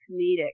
comedic